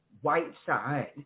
Whiteside